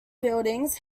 buildings